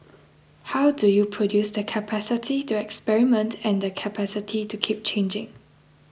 how do you produce the capacity to experiment and the capacity to keep changing